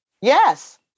Yes